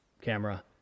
camera